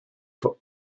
for